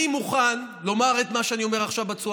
אני מוכן לומר את מה שאני אומר עכשיו בצורה